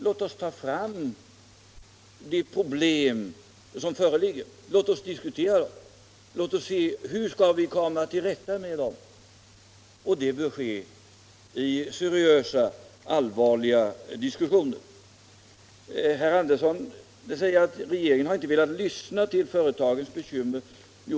Låt oss i seriösa diskussioner ta fram de problem som föreligger, och låt oss se efter hur vi skall komma till rätta med dem. Herr Andersson sade att regeringen inte har velat lyssna till företagens bekymmer.